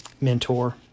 Mentor